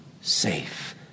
safe